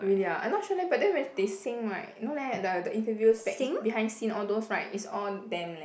really ah I not sure leh but then when they sing right no leh the the interviews back behind scene all those right is all them leh